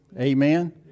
Amen